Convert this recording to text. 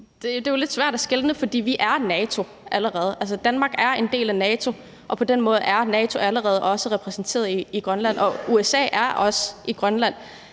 Det er jo lidt svært at skelne, for vi er allerede NATO, altså, Danmark er en del af NATO, og på den måde er NATO allerede også repræsenteret i Grønland, og USA er også i Grønland